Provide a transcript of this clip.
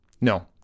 no